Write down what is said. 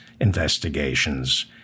investigations